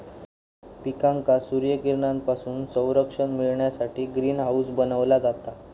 पिकांका सूर्यकिरणांपासून संरक्षण मिळण्यासाठी ग्रीन हाऊस बनवला जाता